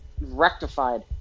rectified